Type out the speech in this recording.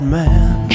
man